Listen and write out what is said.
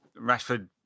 Rashford